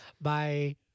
Bye